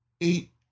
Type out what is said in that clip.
eight